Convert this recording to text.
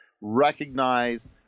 recognize